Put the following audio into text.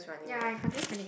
ya it continues running